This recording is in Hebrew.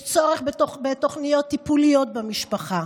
יש צורך בתוכניות טיפוליות במשפחה.